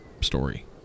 story